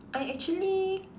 I actually